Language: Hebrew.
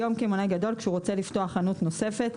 היום קמעונאי גדול כשרוצה לפתוח חנות נוספת,